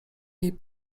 jej